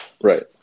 Right